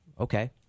okay